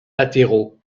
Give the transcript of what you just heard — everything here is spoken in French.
latéraux